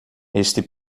este